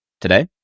Today